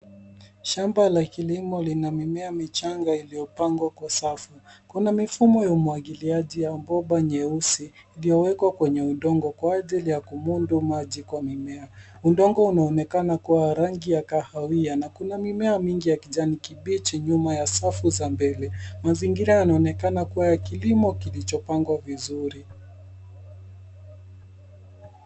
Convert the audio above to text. Shamba la kilimo lina mimea michanga iliopangwa kwa safu. Kuna mfumo wa umwagiliaji ya pomba nyeusi iliowekwa kwenye udongo kwa ajili ya kumondu maji kwa mimea. Udongo unaonekana kuwa ya rangi ya kahawia na kuna mimea mingi ya kijani kibichi nyuma ya safu za mbele. Mazingira yanaonekana kuwa ya kilemo kilicho pangwa vizuri.